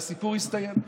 והסיפור הסתיים.